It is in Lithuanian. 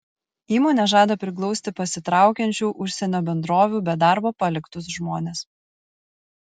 įmonė žada priglausti pasitraukiančių užsienio bendrovių be darbo paliktus žmones